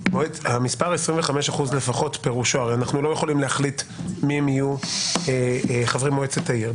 המספר 25% לפחות הרי אנחנו לא יכולים להחליט מי יהיו חברי מועצת העיר.